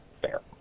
fair